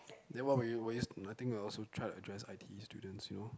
then what would you would you nothing but will also try to address I_T_E students you know